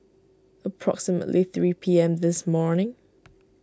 approximately three P M this morning